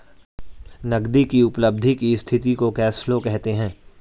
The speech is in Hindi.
नगदी की उपलब्धि की स्थिति को कैश फ्लो कहते हैं